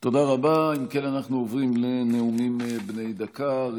4 נאומים בני דקה 4